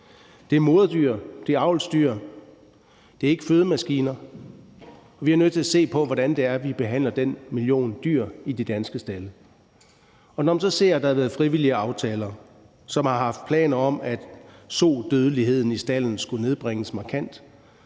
Det er moderdyr, det er avlsdyr; det er ikke fødemaskiner. Vi er nødt til at se på, hvordan det er, vi behandler den million dyr i de danske stalde. Og når man så ser, at der har været frivillige aftaler med planer om, at sodødeligheden i stalden skulle nedbringes markant,